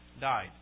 died